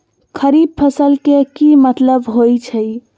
खरीफ फसल के की मतलब होइ छइ?